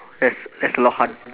that's that's a lot hard